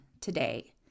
today